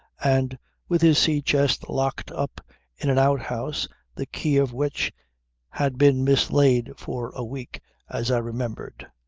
and with his sea-chest locked up in an outhouse the key of which had been mislaid for a week as i remembered.